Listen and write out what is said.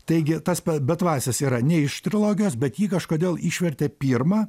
taigi tas bedvasis yra ne iš trilogijos bet ji kažkodėl išvertė pirmą